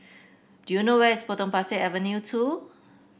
do you know where is Potong Pasir Avenue two